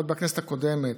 עוד בכנסת הקודמת,